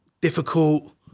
difficult